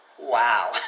Wow